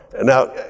Now